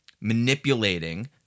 manipulating